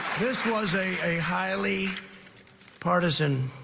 this was a highly partisan